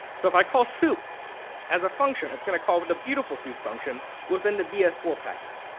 so if i call soup as a function, it's going to call it the beautiful soup function within the b s four package.